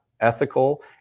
Ethical